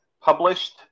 published